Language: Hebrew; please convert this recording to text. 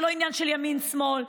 זה לא עניין של ימין ושמאל,